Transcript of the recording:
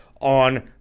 on